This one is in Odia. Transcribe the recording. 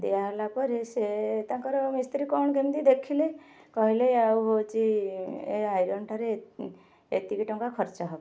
ଦିଆହେଲା ପରେ ସେ ତାଙ୍କର ମିସ୍ତ୍ରୀ କ'ଣ କେମିତି ଦେଖିଲେ କହିଲେ ଆଉ ହେଉଛି ଏ ଆଇରନ୍ଟାରେ ଏତିକି ଟଙ୍କା ଖର୍ଚ୍ଚ ହବ